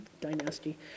dynasty